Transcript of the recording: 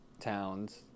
towns